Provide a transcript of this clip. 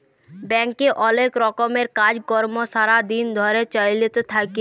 ব্যাংকে অলেক রকমের কাজ কর্ম সারা দিন ধরে চ্যলতে থাক্যে